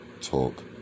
talk